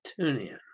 TuneIn